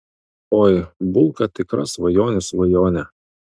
oi bulka tikra svajonių svajonė